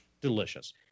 delicious